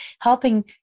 helping